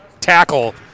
tackle